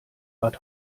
bad